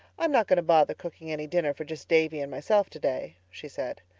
i'm not going to bother cooking any dinner for just davy and myself today, she said.